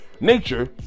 nature